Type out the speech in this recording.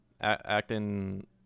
acting